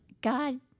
God